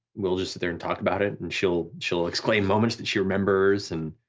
we'll just sit there and talk about it and she'll she'll exclaim moments that she remembers and